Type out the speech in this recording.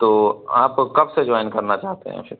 तो आप कब से जॉइन करना चाहते हैं फिर